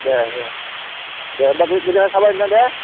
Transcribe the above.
दे दे दे होमबा गो गोजोन्नाय थाबाय नोंथां दे